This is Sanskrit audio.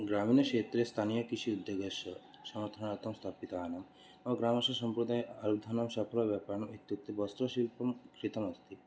ग्रामीणक्षेत्रे स्थानीयकृषि उद्योगस्य समर्थनार्थं स्थापितवान् मम ग्रामस्य सम्प्रदायः व्यापारः इत्युक्ते वस्त्रशिल्पं कृतम् अस्ति